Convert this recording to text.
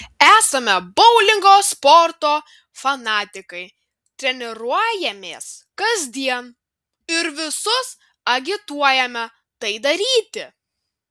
esame boulingo sporto fanatikai treniruojamės kasdien ir visus agituojame tai daryti